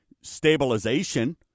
stabilization